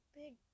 big